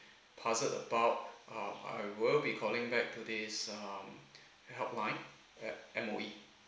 puzzled about uh I will be calling back to this um helpline at M_O_E